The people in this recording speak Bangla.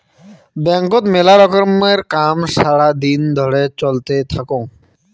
ব্যাংকত মেলা রকমের কাম সারা দিন ধরে চলতে থাকঙ